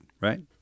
right